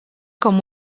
com